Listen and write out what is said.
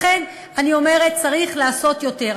לכן אני אומרת: צריך לעשות יותר,